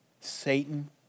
Satan